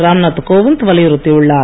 ராம்நாத் கோவிந்த் வலியுறுத்தியுள்ளார்